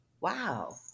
Wow